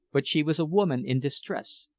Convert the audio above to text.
but she was a woman in distress,